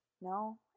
No